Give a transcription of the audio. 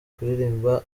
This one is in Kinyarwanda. kuririmba